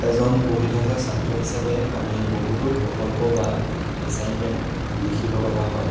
এজন পঢ়ি থকা ছাত্ৰ হিচাপে আমি বহুতো প্ৰকল্প বা এছাইনমেণ্ট লিখিব লগা হয়